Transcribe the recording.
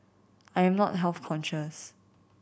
I am not health conscious